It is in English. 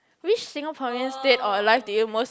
which Singaporean dead or alive do you most